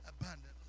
abundantly